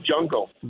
jungle